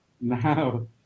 now